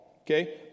okay